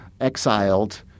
Exiled